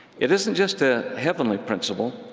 it isn't just a heavenly principle,